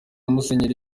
musenyeri